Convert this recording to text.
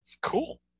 Cool